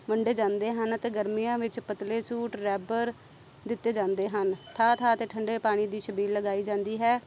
ਵੰਡੇ ਜਾਂਦੇ ਹਨ ਅਤੇ ਗਰਮੀਆਂ ਵਿੱਚ ਪਤਲੇ ਸੂਟ ਰੈਬਰ ਦਿੱਤੇ ਜਾਂਦੇ ਹਨ ਥਾਂ ਥਾਂ 'ਤੇ ਠੰਡੇ ਪਾਣੀ ਦੀ ਛਬੀਲ ਲਗਾਈ ਜਾਂਦੀ ਹੈ